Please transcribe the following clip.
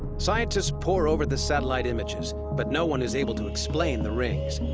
scientists pore over the satellite images, but no one is able to explain the rings.